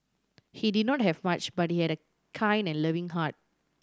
he did not have much but he had a kind and loving heart